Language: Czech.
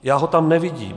Já ho tam nevidím.